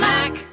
Mac